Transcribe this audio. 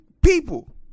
people